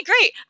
great